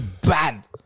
bad